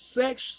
Sex